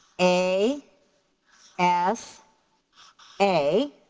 a s a